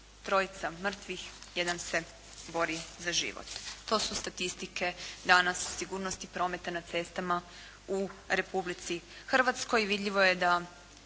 Trojica mrtvih, jedan se bori za život. To su statistike danas sigurnosti prometa na cestama u Republici Hrvatskoj i vidljivo je da